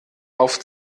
auf